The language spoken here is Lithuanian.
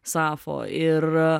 sapfo ir